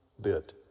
bit